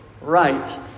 right